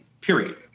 period